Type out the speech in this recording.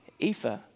Ephah